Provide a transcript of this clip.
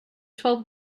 twelve